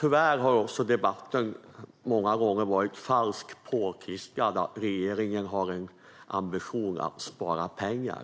Tyvärr har också debatten många gånger varit falsk, med påståenden om att regeringen har en ambition att spara pengar.